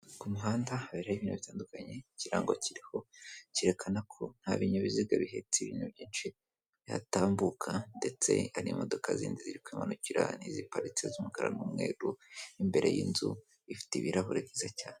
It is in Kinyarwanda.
Ku muhanda haberaho ibintu bitandukanye, ikirango kiriho cyerekana ko nta binyabiziga bihetse ibintu byinshi bihatambuka ndetse hari n'imodoka zindi ziri kwimanukira, n'iziparitse z'umukara n'umweru, imbere y'inzu ifite ibirahure byiza cyane.